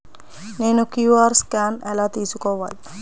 నేను QR scan ఎలా తీసుకోవాలి?